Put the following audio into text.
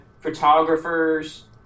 photographers